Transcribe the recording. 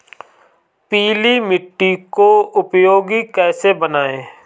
पीली मिट्टी को उपयोगी कैसे बनाएँ?